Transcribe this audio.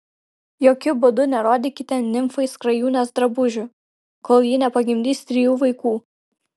jokiu būdu nerodykite nimfai skrajūnės drabužių kol ji nepagimdys trijų vaikų